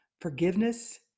forgiveness